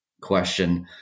question